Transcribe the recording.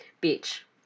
Beach